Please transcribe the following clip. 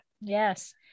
Yes